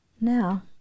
now